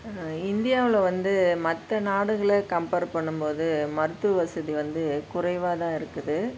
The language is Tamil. இந்தியாவில் வந்து மற்ற நாடுகளை கம்பேர் பண்ணும் போது மருத்துவ வசதி வந்து குறைவாக தான் இருக்குது